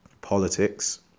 politics